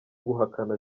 guhakana